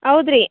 ಹೌದ್ರಿ